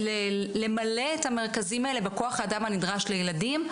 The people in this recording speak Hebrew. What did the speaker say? למלא את המרכזים האלה בכוח האדם הנדרש לילדים.